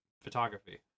photography